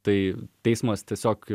tai teismas tiesiog